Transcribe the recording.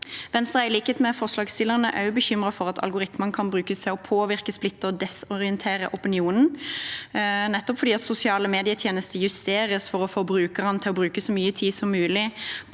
også bekymret for at algoritmene kan brukes til å påvirke, splitte og desorientere opinionen. Sosiale medietjenester justeres for å få brukerne til å bruke så mye tid som mulig